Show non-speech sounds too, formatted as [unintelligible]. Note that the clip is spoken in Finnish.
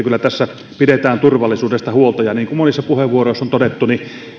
[unintelligible] kyllä tässä pidetään turvallisuudesta huolta ja niin kuin monissa puheenvuoroissa on todettu